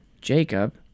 Jacob